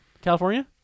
California